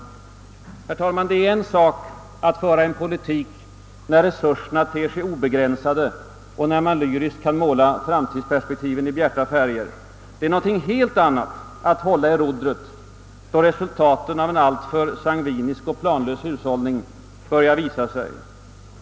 Herr talman! Det är en sak att föra en politik när resurserna ter sig obegränsade och när man lyriskt kan måla framtidsperspektiven i bjärta färger. Det är någonting helt annat att hålla i rodret, då resultaten av en alltför sangvinisk och planlös hushållning börjar visa sig.